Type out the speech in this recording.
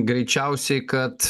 greičiausiai kad